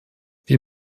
wir